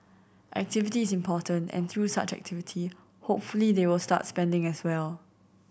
activity is important and through such activity hopefully they will start spending as well